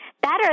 better